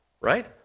right